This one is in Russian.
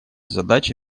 задача